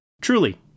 Truly